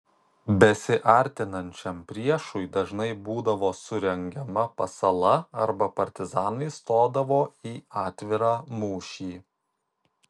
besiartinančiam priešui dažnai būdavo surengiama pasala arba partizanai stodavo į atvirą mūšį